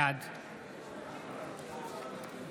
בעד